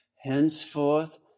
Henceforth